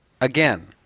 Again